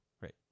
Right